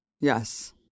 yes